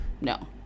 No